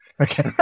Okay